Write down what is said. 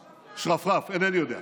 שרפרף, אינני יודע.